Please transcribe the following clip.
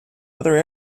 other